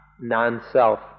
non-self